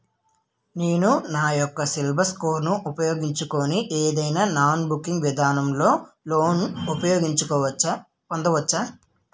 నేను నా యెక్క సిబిల్ స్కోర్ ను ఉపయోగించుకుని ఏదైనా నాన్ బ్యాంకింగ్ విధానం లొ లోన్ పొందవచ్చా?